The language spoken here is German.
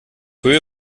höhe